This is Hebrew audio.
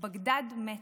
ובגדד / מתה.